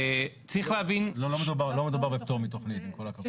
לא מדובר בפטור מתוכנית, עם כל הכבוד.